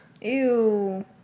Ew